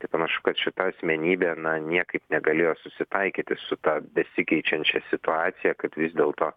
tai panašu kad šita asmenybė na niekaip negalėjo susitaikyti su ta besikeičiančia situacija kad vis dėlto